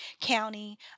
county